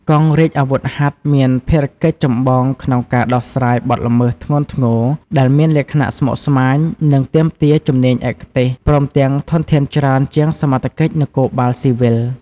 កងរាជអាវុធហត្ថមានភារកិច្ចចម្បងក្នុងការដោះស្រាយបទល្មើសធ្ងន់ធ្ងរដែលមានលក្ខណៈស្មុគស្មាញ និងទាមទារជំនាញឯកទេស ព្រមទាំងធនធានច្រើនជាងសមត្ថកិច្ចនគរបាលស៊ីវិល។